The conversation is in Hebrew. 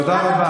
תודה רבה.